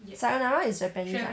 sayonara is japanese ah